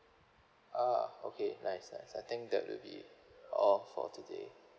ah okay nice nice I think that will be all for today